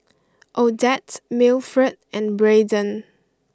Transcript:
Odette Mildred and Brayden